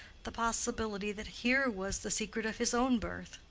the possibility that here was the secret of his own birth,